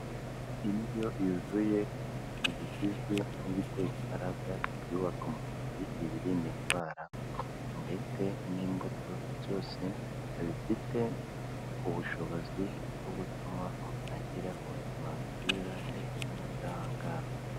Indyo yuzuye ibigizwe n'ibitera imbaraga ibyubaka umubiri ibirinda indwara ndetse n'imbuto, byose ni ibifite ubushobozi bwo gutuma umuntu agira ubuzima bwiza ndetse n'ubudahangarwa.